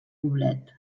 poblet